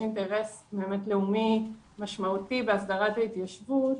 אינטרס לאומי משמעותי בהסדרת ההתיישבות,